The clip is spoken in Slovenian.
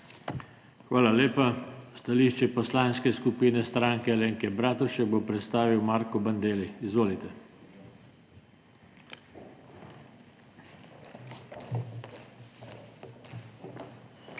Hvala lepa. Stališče Poslanske skupine Stranke Alenke Bratušek bo predstavil Marko Bandelli. Izvolite. MARKO